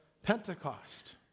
Pentecost